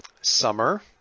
Summer